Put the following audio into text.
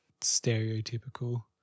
stereotypical